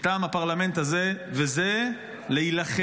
מטעם הפרלמנט הזה, וזה להילחם.